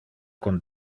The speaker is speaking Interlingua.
con